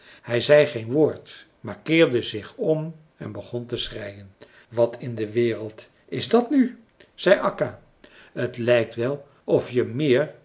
hij zei geen woord maar keerde zich om en begon te schreien wat in de wereld is dat nu zei akka het lijkt wel of je meer